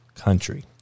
country